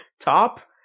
top